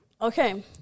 Okay